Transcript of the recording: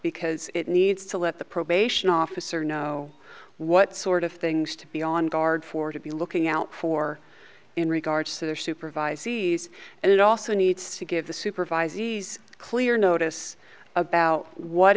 because it needs to let the probation officer know what sort of things to be on guard for to be looking out for in regards to their supervisor and it also needs to give the supervisor he's clear notice about what